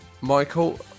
Michael